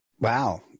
Wow